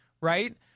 right